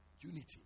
Unity